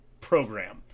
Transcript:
program